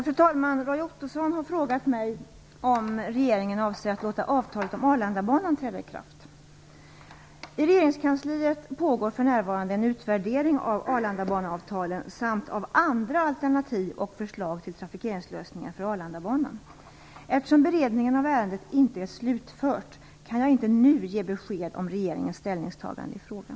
Fru talman! Roy Ottosson har frågat mig om regeringen avser att låta avtalet om Arlandabanan träda i kraft. I regeringskansliet pågår för närvarande en utvärdering av Arlandabaneavtalen samt av andra alternativ och förslag till trafikeringslösningar för Arlandabanan. Eftersom beredningen av ärendet inte är slutförd kan jag inte nu ge besked om regeringens ställningstagande i frågan.